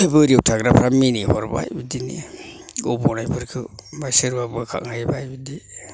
बोरियाव थाग्राफ्रा मिनिहरबाय बिदिनो गब'नायफोरखौ बा सोरबा बोखांहैबाय बिदि